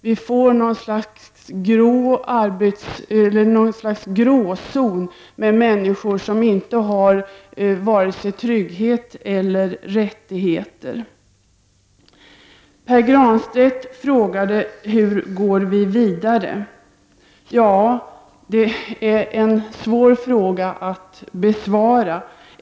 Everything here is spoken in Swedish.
Jo, vi får ett slags gråzon med människor som inte har vare sig trygghet eller rättigheter. Pär Granstedt frågade: Hur går vi vidare? Det är en svår fråga att besvara.